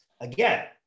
again